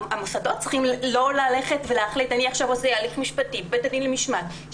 המוסדות צריכים להחליט שהם לא עושים הליך משפטי עם בית הדין למשמעת,